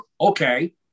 okay